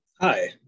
Hi